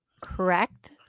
correct